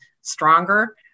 stronger